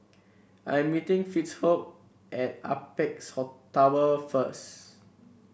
I am meeting Fitzhugh at Apex Tower first